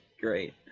great